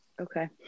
okay